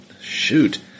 shoot